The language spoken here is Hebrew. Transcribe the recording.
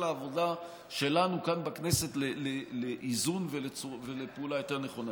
העבודה שלנו כאן בכנסת לאיזון ולפעולה יותר נכונה.